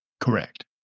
Correct